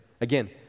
Again